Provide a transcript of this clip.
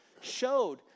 showed